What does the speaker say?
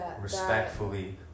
respectfully